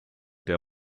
der